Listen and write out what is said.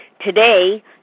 Today